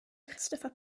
christopher